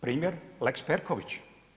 Primjer lex Perković.